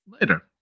later